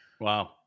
Wow